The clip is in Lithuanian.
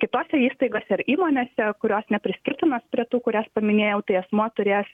kitose įstaigose ir įmonėse kurios nepriskirtinos prie tų kurias paminėjau tai asmuo turės